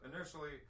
initially